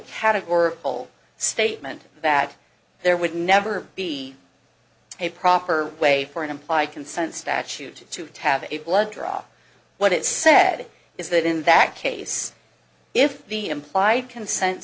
categorical statement that there would never be a proper way for an implied consent statute to tab a blood draw what it said is that in that case if the implied consent